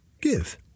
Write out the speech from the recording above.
Give